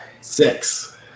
Six